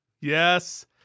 yes